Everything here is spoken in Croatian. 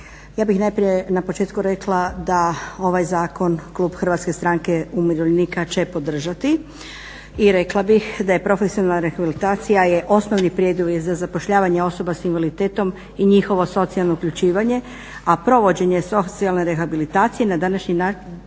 Ja bih najprije na početku rekla da ovaj zakon klub HSU-a će podržati i rekla bih da je profesionalna rehabilitacija osnovni preduvjet za zapošljavanje osoba sa invaliditetom i njihovo socijalno uključivanje, a provođenje socijalne rehabilitacije na dosadašnji način